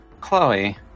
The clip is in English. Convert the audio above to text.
Chloe